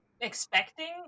expecting